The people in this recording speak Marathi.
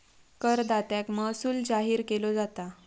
करदात्याक महसूल जाहीर केलो जाता